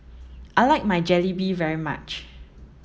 I like my Jalebi very much